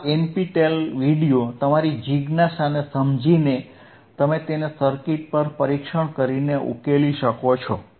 આ NPTEL video તમારી જિજ્ઞાસાને સમજીને તમે તેને સર્કિટ પર પરીક્ષણ કરીને ઉકેલી શકો છો